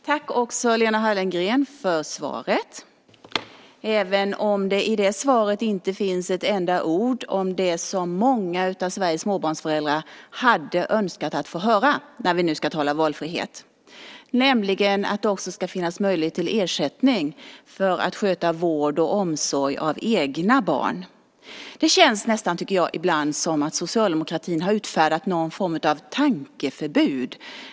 Jag tackar Lena Hallengren för svaret, även om det i detta svar inte finns ett enda ord om det som många av Sveriges småbarnsföräldrar hade önskat att få höra när vi nu ska tala om valfrihet, nämligen att det också ska finnas möjlighet till ersättning för att sköta vård av och omsorg om egna barn. Ibland känns det nästan som att socialdemokratin har utfärdat någon form av tankeförbud.